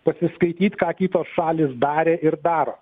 pasiskaityt ką kitos šalys darė ir daro